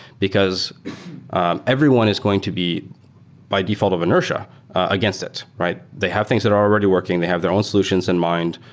because everyone is going to be by default of inertia against it. they have things that are already working. they have their own solutions in mind.